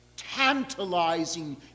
tantalizing